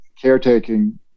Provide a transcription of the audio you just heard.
caretaking